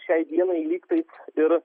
šiai dienai lyg tai ir